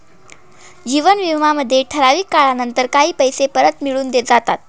जीवन विमा मध्ये एका ठराविक काळानंतर काही पैसे परत मिळून जाता